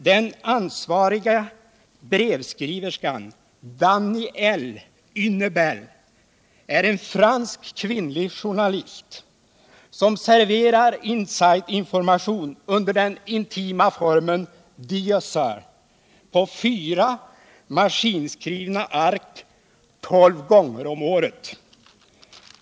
Den ansvariga brevskriverskan, Danielle Hunebelle, är en fransk kvinnlig journalist, som serverar ”inside information” under den intima formen ”Dear Sir” på fyra maskinskrivna ark tolv gånger om året.